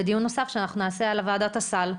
בדיון נוסף שאנחנו נעשה על ועדת הסל,